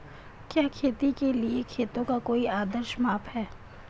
क्या खेती के लिए खेतों का कोई आदर्श माप है?